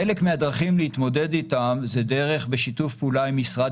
חלק מהדרכים להתמודד איתם זה בשיתוף פעולה עם משרד